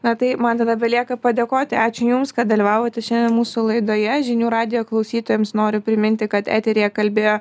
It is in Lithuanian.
na tai man tada belieka padėkoti ačiū jums kad dalyvavote šiandien mūsų laidoje žinių radijo klausytojams noriu priminti kad eteryje kalbėjo